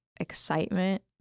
excitement